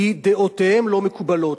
כי דעותיהם לא מקובלות.